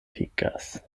pikas